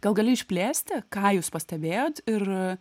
gal gali išplėsti ką jūs pastebėjot ir